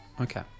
Okay